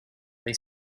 they